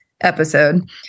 episode